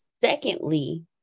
Secondly